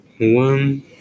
One